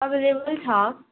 available छ